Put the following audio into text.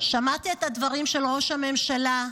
"שמעתי את הדברים של ראש הממשלה,